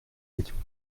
étions